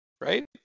Right